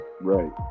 Right